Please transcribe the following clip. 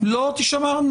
הן לא תישמרנה.